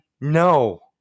No